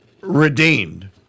redeemed